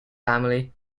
family